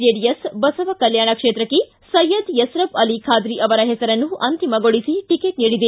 JDS Basavakalyan ಕ್ಷೇತ್ರಕ್ಕೆ ಸಯ್ಕದ್ ಯಸ್ರಬ್ ಅಲಿ ಖಾದ್ರಿ ಅವರ ಹೆಸರನ್ನು ಅಂತಿಮಗೊಳಿಸಿ ಟಿಕೆಟ್ ನೀಡಿದೆ